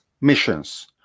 missions